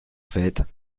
faite